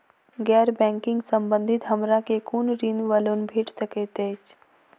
गैर बैंकिंग संबंधित हमरा केँ कुन ऋण वा लोन भेट सकैत अछि?